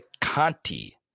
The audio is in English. Conti